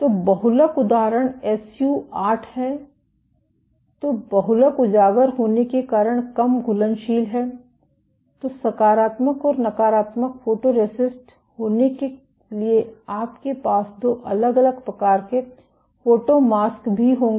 तो बहुलक उदाहरण SU 8 है तो बहुलक उजागर होने के कारण कम घुलनशील है तो सकारात्मक और नकारात्मक फोटोरेसिस्ट होने के लिए आपके पास दो अलग अलग प्रकार के फोटोमास्क भी होंगे